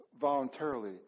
voluntarily